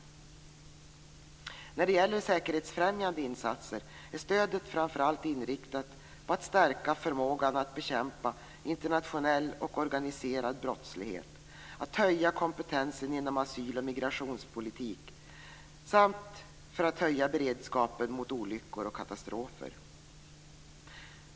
När det gäller säkerhetsfrämjande insatser är stödet framför allt inriktat på att stärka förmågan att bekämpa internationell och organiserad brottslighet, att höja kompetensen inom asyl och migrationspolitik samt att höja beredskapen mot olyckor och katastrofer.